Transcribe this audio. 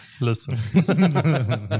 Listen